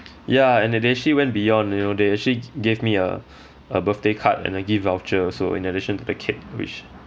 ya and they they actually went beyond you know they actually g~ gave me a a birthday card and a gift voucher so in addition to the cake which